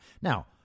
Now